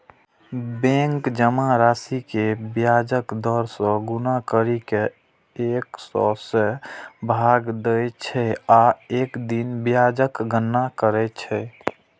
bank जमा राशि कें ब्याज दर सं गुना करि कें एक सय सं भाग दै छै आ एक दिन ब्याजक गणना करै छै